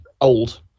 old